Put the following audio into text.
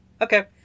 Okay